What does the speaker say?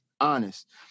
honest